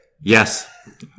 Yes